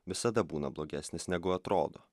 visada būna blogesnis negu atrodo